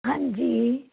ਹਾਂਜੀ